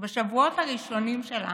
שבשבועות הראשונים שלה